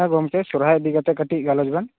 ᱦᱮᱸ ᱜᱚᱢᱠᱮ ᱥᱚᱨᱦᱟᱭ ᱤᱫᱤᱠᱟᱛᱮ ᱠᱟ ᱴᱤᱡ ᱜᱟᱞᱚᱪ ᱵᱮᱱ